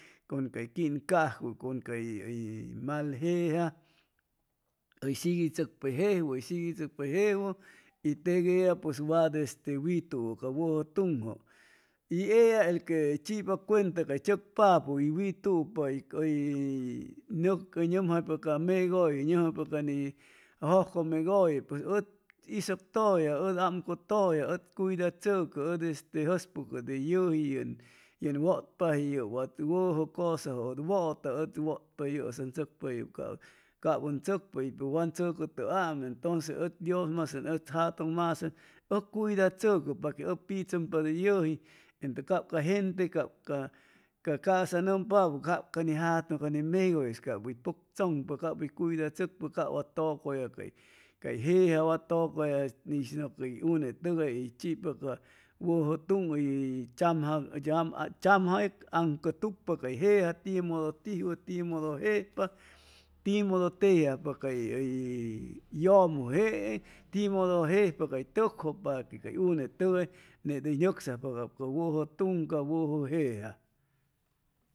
Con cay quincajwʉ con cay mal jeja hʉy siguichʉcpa hʉy jejwʉ hʉy siguichʉcpa hʉy jejwʉ y tec ellapʉs wat wituʉ ca wʉjʉ tuŋjʉ y ella el que chipa cuenta cay tzʉcpapʉ y witupa hʉy hʉy nʉmjaypa ca megʉye hʉy nʉmjaypa ca ni jʉscʉmegʉye pues ʉd isʉctʉya ʉ amcʉtʉlla ʉ cuidatzʉcʉ ʉd este jʉpʉcʉ de yʉji yen wʉtpaji yʉp wat wʉjʉ cʉsajʉ ʉd wʉta ʉd wʉtpa yʉsa ʉn tzʉcpa yep cap ʉn tzʉcpa wan tzʉcʉtʉaam entonces ʉd mas dios masaŋ jatʉŋ masaŋ ʉ cuidachʉcʉ paque ʉ pitzʉmpa de yʉji entʉ cap ca gente cap ca ca ca'sa nʉmpapʉ cap ca ni jatʉn ca ni mejʉlle cap hʉy pʉcchʉmp cap hʉy cuidachʉcpa cap wa tʉcʉya cay jeja wa tʉcʉya shinʉ cay unetʉgy hʉy chipa ca wʉjʉ tuŋ hʉy tzamjayaŋcʉtucpa timodo tiwʉ timodo jejpa timodo tejiajpa cay hʉy yʉmʉ jeeŋ timodo jejpa cay tʉkjʉ para que cay unetʉgay net hʉy nʉcsajpa ca wʉjʉ tuŋ ca wʉjʉ jeja